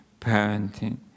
parenting